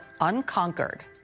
Unconquered